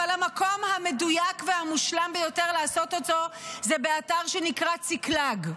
אבל המקום המדויק והמושלם ביותר לעשות את אותו זה באתר שנקרא צקלג,